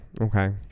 Okay